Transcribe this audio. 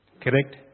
Correct